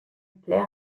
hitler